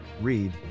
Read